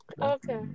Okay